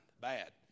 bad